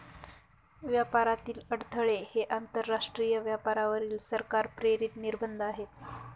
व्यापारातील अडथळे हे आंतरराष्ट्रीय व्यापारावरील सरकार प्रेरित निर्बंध आहेत